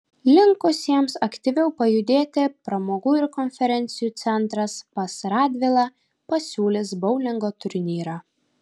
linkusiems aktyviau pajudėti pramogų ir konferencijų centras pas radvilą pasiūlys boulingo turnyrą